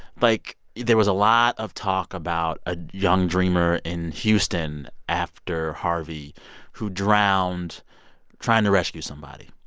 like, there was a lot of talk about a young dreamer in houston after harvey who drowned trying to rescue somebody.